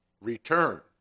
return